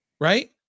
Right